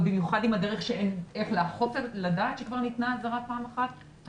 במיוחד כשאין דרך לדעת שכבר ניתנה אזהרה פעם אחת.